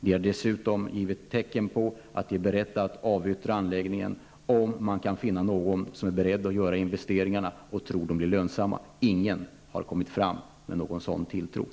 Vi har dessutom givit uttryck för att vi är beredda att avyttra anläggningen, om man kan finna någon som är beredd att göra investeringarna och som tror att de kan bli lönsamma. Ingen med en sådan tilltro har kommit fram.